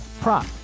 prop